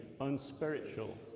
unspiritual